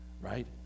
Right